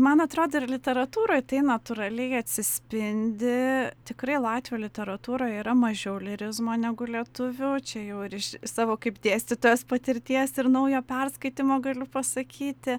man atrodo ir literatūroj tai natūraliai atsispindi tikrai latvių literatūroj yra mažiau lyrizmo negu lietuvių čia jau ir iš savo kaip dėstytojos patirties ir naujo perskaitymo galiu pasakyti